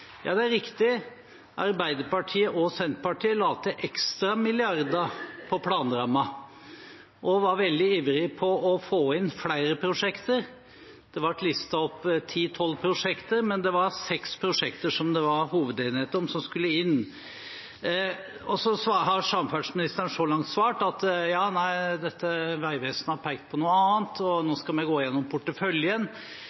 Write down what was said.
Det er riktig: Arbeiderpartiet og Senterpartiet la til ekstra milliarder på planrammen og var veldig ivrig etter å få inn flere prosjekter. Det ble listet opp ti–tolv prosjekter, men det var seks prosjekter som det var hovedenighet om skulle inn. Så har samferdselsministeren så langt svart at Vegvesenet har pekt på noe annet, og at de nå